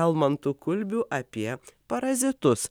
almantu kulbiu apie parazitus